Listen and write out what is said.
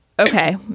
Okay